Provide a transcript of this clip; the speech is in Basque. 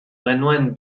genuen